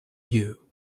you